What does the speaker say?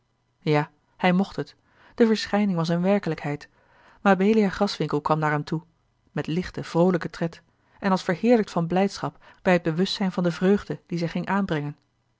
ja hij mocht het de verschijning was eene werkelijkheid mabelia graswinckel kwam naar hem toe met lichten vroolijken tred en als verheerlijkt van blijdschap bij het bewustzijn van de vreugde die zij ging aanbrengen